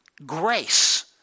Grace